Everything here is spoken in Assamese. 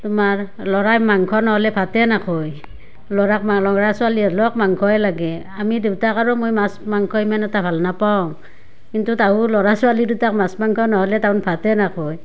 তোমাৰ ল'ৰাই মাংস নহ'লে ভাতেই নাখায় ল'ৰাক ল'ৰা ছোৱালী হালক মাংসই লাগে আমি দেউতাক আৰু মই মাছ মাংস ইমান এটা ভাল নাপাওঁ কিন্তু তাহোঁন ল'ৰা ছোৱালী দুটাক মাছ মাংস নহ'লে তাহোঁন ভাতেই নাখায়